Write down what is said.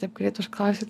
taip kad užklausei